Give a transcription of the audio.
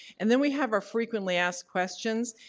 and then we have our frequently asked questions.